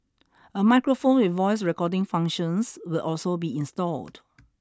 a microphone with voice recording functions will also be installed